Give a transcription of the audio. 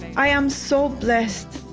i am so blessed.